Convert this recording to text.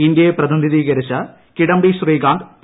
ഇൻഡ്യയെ പ്രതിനിധീകരിച്ച് കിഡ്ഢബി ശ്രീകാന്ത് പി